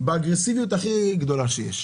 באגרסיביות הכי גדולה שיש.